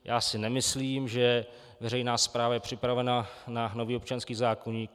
Já si nemyslím, že veřejná správa je připravena na nový občanský zákoník.